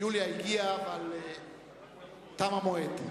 יוליה הגיעה, אבל תם המועד.